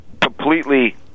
completely